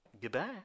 Goodbye